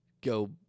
go